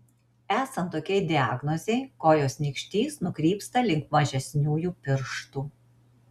esant tokiai diagnozei kojos nykštys nukrypsta link mažesniųjų pirštų